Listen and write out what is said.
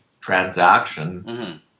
transaction